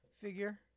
figure